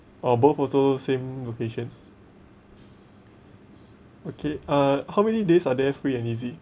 oh both also same locations okay uh how many days are there free and easy